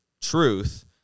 truth